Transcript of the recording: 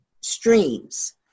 streams